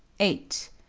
eight.